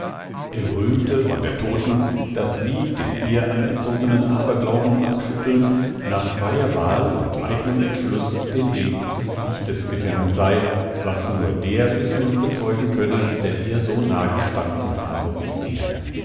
er rühmte von der todten daß sie den ihr anerzogenen aberglauben abschüttelnd nach freier wahl und eignem entschluß den weg des lichtes gegangen sei was nur der wissen und bezeugen könne der ihr so nah gestanden habe wie er